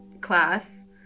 class